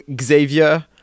Xavier